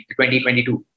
2022